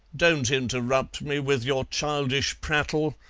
don't interrupt me with your childish prattle,